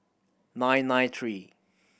nine nine three